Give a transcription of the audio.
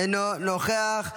אינו נוכח.